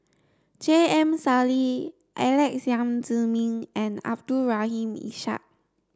J M Sali Alex Yam Ziming and Abdul Rahim Ishak